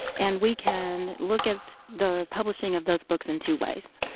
and we can look at the publishing of those books in two ways.